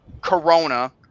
Corona